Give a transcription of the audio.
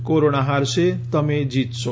corona હારશે તમે જીતશો